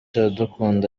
iradukunda